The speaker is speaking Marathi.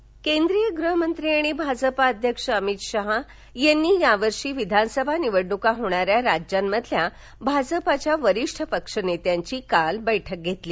अमित शहा केंद्रीय गृहमंत्री आणि भाजपा अध्यक्ष अमित शहा यांनी या वर्षी विधानसभा निवडणुका होणाऱ्या राज्यांमधील भाजपाच्या वरिष्ठ पक्ष नेत्यांची काल बैठक घेतली